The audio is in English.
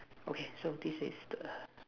okay so this is the